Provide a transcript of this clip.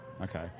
Okay